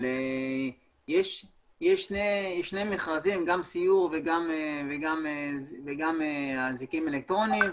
יש שני מכרזים, גם סיור וגם אזיקים אלקטרוניים,